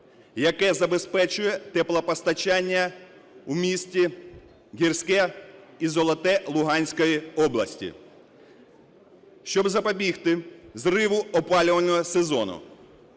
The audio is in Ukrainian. яке забезпечує теплопостачання у місті Гірське і Золоте Луганської області, щоб запобігти зриву опалювального сезону.